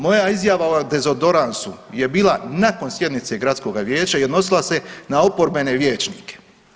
Moja izjava o dezodoransu je bila nakon sjednice Gradskoga vijeća i odnosila se na oporbene vijećnike.